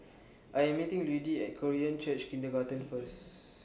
I Am meeting Ludie At Korean Church Kindergarten First